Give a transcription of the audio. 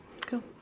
Cool